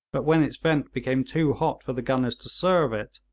but when its vent became too hot for the gunners to serve it,